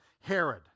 Herod